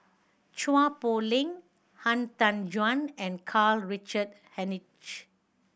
Chua Poh Leng Han Tan Juan and Karl Richard Hanitsch